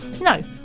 no